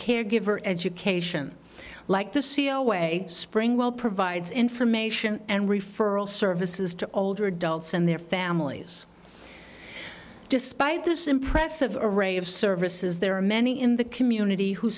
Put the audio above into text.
caregiver education like the c l way spring will provides information and referral services to older adults and their families despite this impressive array of services there are many in the community who